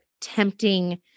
tempting